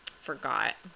forgot